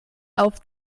auf